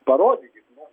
parodykit man